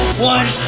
one,